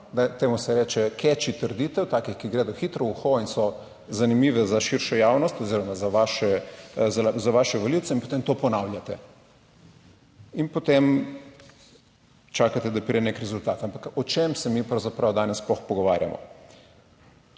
temu se reče keči trditev, takih, ki gredo hitro v uho in so zanimive za širšo javnost oziroma za vaše volivce in potem to ponavljate in potem čakate, da pride nek rezultat. Ampak o čem se mi pravzaprav danes sploh pogovarjamo?